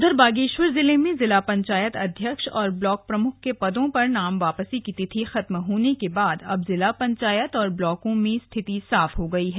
उधर बागेश्वर जिले में जिला पंचायत अध्यक्ष और ब्लाक प्रमुख के पदों पर नाम वापसी की तिथि खत्म होने के बाद अब जिला पंचायत और ब्लाकों में स्थिति साफ हो गई है